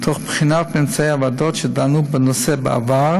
תוך בחינת ממצאי הוועדות שדנו בנושא בעבר